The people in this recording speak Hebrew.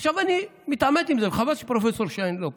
עכשיו אני מתעמת עם זה, וחבל שפרופ' שיין לא פה.